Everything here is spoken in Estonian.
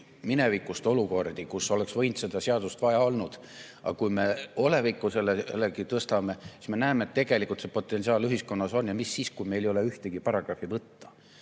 minevikust olukordi, kus oleks võinud seda seadust vaja olla, aga kui me selle olevikku tõstame, siis me näeme, et tegelikult see potentsiaal ühiskonnas on. Mis siis, kui meil ei ole ühtegi paragrahvi võtta? Nii